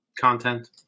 content